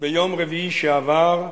ביום רביעי שעבר,